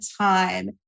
time